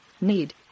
need